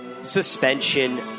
suspension